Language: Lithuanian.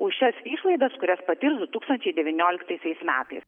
už šias išlaidas kurias patirs du tūkstančiai devynioliktaisiais metais